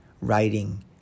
writing